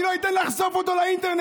אני לא אתן לחשוף אותו לאינטרנט.